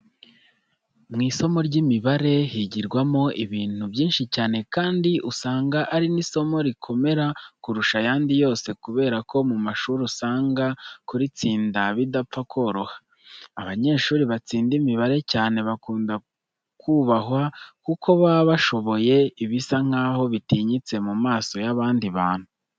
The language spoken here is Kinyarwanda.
Mu isomo ry'imibare higirwamo ibintu byinshi cyane kandi usanga ari n'isomo rikomera kurusha ayandi yose kubera ko mu mashuri usanga kuritsinda bidapfa koroha. Abanyeshuri batsinda imibare cyane bakunda kubahwa kuko baba bashoboye ibisa nkaho bitinyitse mu maso y'abandi bantu.